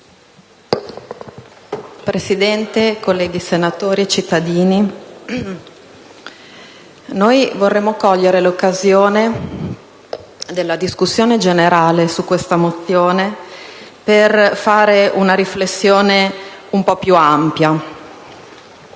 Presidente, colleghi senatori, cittadini, noi vorremmo cogliere l'occasione offerta dalla discussione di questa mozione per fare una riflessione più ampia,